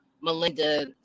Melinda